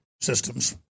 systems